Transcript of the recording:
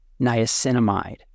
niacinamide